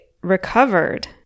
recovered